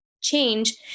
change